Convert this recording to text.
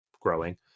growing